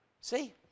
See